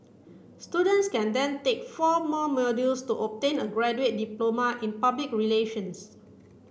students can then take four more modules to obtain a graduate diploma in public relations